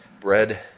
bread